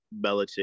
Belichick